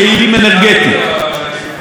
אבל הדבר הזה יצר ביורוקרטיה,